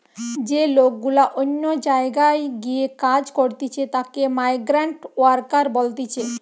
যে লোক গুলা অন্য জায়গায় গিয়ে কাজ করতিছে তাকে মাইগ্রান্ট ওয়ার্কার বলতিছে